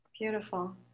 Beautiful